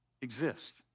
exist